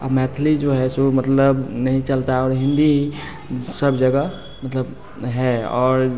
और मैथिली जो है जो मतलब नहीं चलता है और हिंदी ही सब जगह मतलब है और